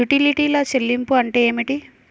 యుటిలిటీల చెల్లింపు అంటే ఏమిటి?